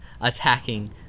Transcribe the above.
attacking